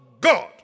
God